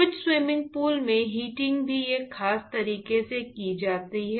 कुछ swimming pool में heating भी एक खास तरीके से किया जाता है